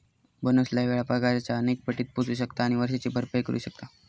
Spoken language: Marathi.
बोनस लय वेळा पगाराच्या अनेक पटीत पोचू शकता आणि वर्षाची भरपाई करू शकता